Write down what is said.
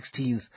16th